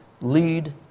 lead